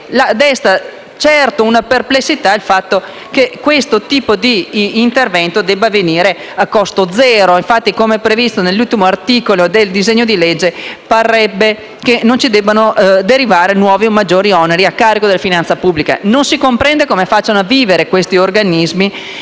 se desta perplessità il fatto che questo tipo di intervento debba avvenire a costo zero. Infatti, come previsto nell'ultimo articolo del disegno di legge, parrebbe che non debbano derivare nuovi o maggiori oneri a carico della finanza pubblica. Non si comprende allora come questi organismi